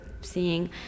seeing